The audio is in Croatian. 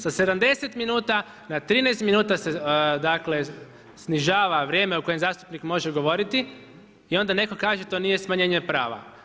Sa 70 minuta na 13 minuta se snižava vrijeme u kojem zastupnik može govoriti i onda neko kaže to nije smanjenje prava.